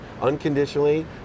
unconditionally